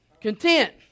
Content